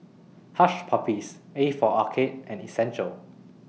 Hush Puppies A For Arcade and Essential